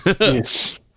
Yes